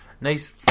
Nice